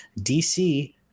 DC